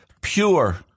pure